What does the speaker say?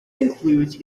includes